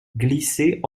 glissait